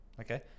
Okay